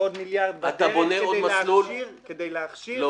ועוד מיליארד בדרך כדי להכשיר --- לא.